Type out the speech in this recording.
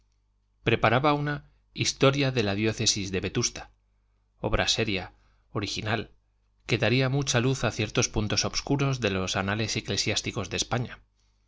preparaba una historia de la diócesis de vetusta obra seria original que daría mucha luz a ciertos puntos obscuros de los anales eclesiásticos de españa